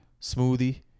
smoothie